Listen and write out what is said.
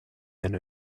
and